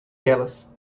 elas